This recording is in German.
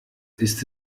ist